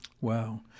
Wow